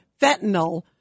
fentanyl